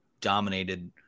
dominated